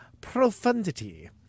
profundity